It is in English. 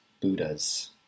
Buddhas